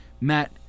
Matt